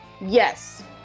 Yes